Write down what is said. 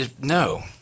no